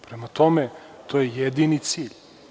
Prema tome, to je jedini cilj.